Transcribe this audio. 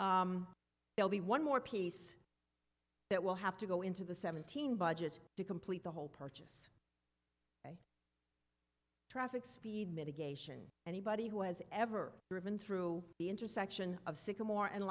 they'll be one more piece that will have to go into the seventeen budgets to complete the whole purchase traffic speed mitigation anybody who has ever driven through the intersection of sycamore